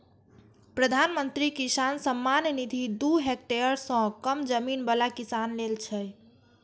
प्रधानमंत्री किसान सम्मान निधि दू हेक्टेयर सं कम जमीन बला किसान लेल छै